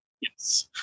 yes